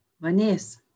Vanessa